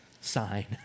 sign